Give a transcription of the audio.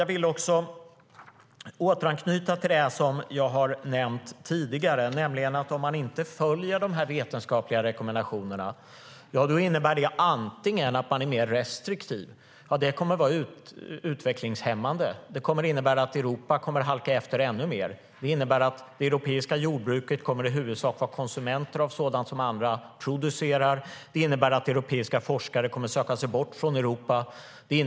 Jag vill återanknyta till något jag nämnt tidigare, nämligen att det kan få effekter åt olika håll om man inte följer de vetenskapliga rekommendationerna. Man kan bli mer restriktiv än vetenskapsmännen. Det kommer att vara utvecklingshämmande och innebära att Europa halkar efter ännu mer. Det europeiska jordbruket kommer då i huvudsak att vara konsumenter av sådant som andra producerar. Europeiska forskare kommer att söka sig bort från Europa.